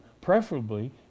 Preferably